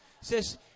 says